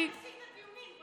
אבל מתי עשית את הדיונים,